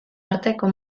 arteko